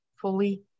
fully